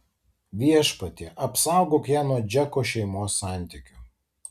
viešpatie apsaugok ją nuo džeko šeimos santykių